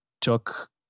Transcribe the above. took